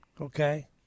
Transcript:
okay